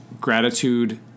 gratitude